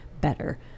better